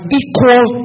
equal